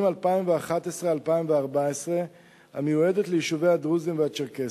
2011 2014 המיועדת ליישובי הדרוזים והצ'רקסים.